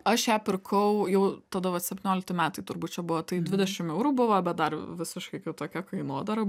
aš ją pirkau jau tada vat septyniolikti metai turbūt čia buvo tai dvidešim eurų buvo bet dar visiškai kitokia kainodara